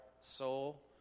soul